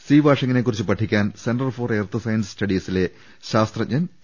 സീവാഷിങ്ങിനെകുറിച്ച് പഠി ക്കാൻ centre for earth science സ്റ്റഡീസിലെ ശാസ്ത്രജ്ഞൻ ടി